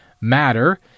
Matter